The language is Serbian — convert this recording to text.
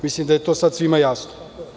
Mislim da je to sada svima jasno.